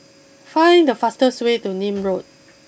find the fastest way to Nim Road